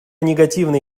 негативные